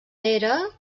era